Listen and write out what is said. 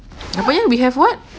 apa dia we have what